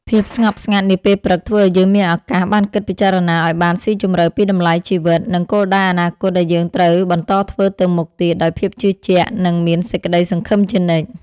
ភាពស្ងប់ស្ងាត់នាពេលព្រឹកធ្វើឱ្យយើងមានឱកាសបានគិតពិចារណាឱ្យបានស៊ីជម្រៅពីតម្លៃជីវិត និង គោលដៅអនាគតដែលយើងត្រូវបន្តធ្វើទៅមុខទៀតដោយភាពជឿជាក់ និង មានសេចក្តីសង្ឃឹមជានិច្ច។